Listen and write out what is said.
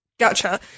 Gotcha